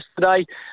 yesterday